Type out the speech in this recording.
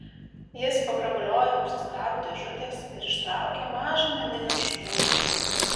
jis pagrabaliojo už cigarų dėžutės ir ištraukė mažą medinę špūlę